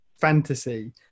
fantasy